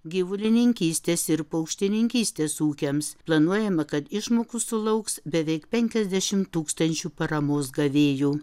gyvulininkystės ir paukštininkystės ūkiams planuojama kad išmokų sulauks beveik penkiasdešim tūkstančių paramos gavėjų